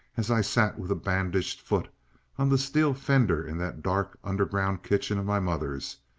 as i sat with a bandaged foot on the steel fender in that dark underground kitchen of my mother's,